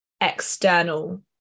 external